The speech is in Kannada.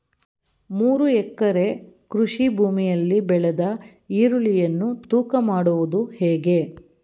ಮೂರು ಎಕರೆ ಕೃಷಿ ಭೂಮಿಯಲ್ಲಿ ಬೆಳೆದ ಈರುಳ್ಳಿಯನ್ನು ತೂಕ ಮಾಡುವುದು ಹೇಗೆ?